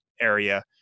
area